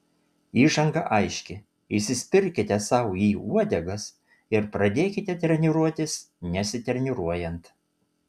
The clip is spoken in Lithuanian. įžanga aiški įsispirkite sau į uodegas ir pradėkite treniruotis nesitreniruojant